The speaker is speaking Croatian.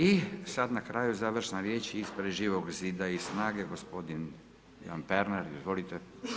I sad na kraju završna riječ ispred Živog zida i SNAGA-e, gospodin Ivan Pernar, izvolite.